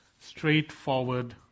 Straightforward